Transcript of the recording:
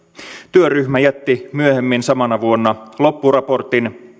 työryhmä jätti myöhemmin samana vuonna loppuraportin